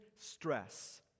stress